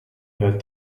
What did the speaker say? heard